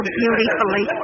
beautifully